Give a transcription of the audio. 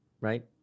right